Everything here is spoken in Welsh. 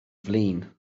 flin